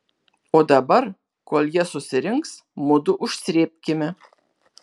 o dabar kol jie susirinks mudu užsrėbkime